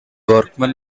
workman